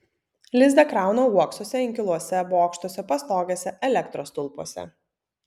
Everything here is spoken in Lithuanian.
lizdą krauna uoksuose inkiluose bokštuose pastogėse elektros stulpuose